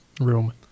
room